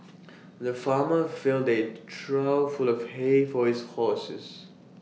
the farmer filled A trough full of hay for his horses